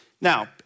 Now